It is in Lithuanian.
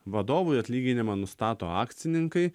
vadovui atlyginimą nustato akcininkai